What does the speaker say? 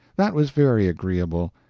that was very agreeable,